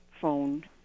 phone